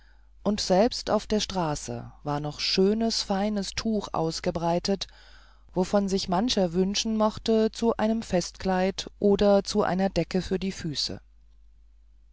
und selbst auf der straße war noch schönes feines tuch ausgebreitet wovon sich mancher wünschen mochte zu einem festkleid oder zu einer decke für die füße